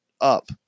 up